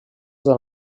del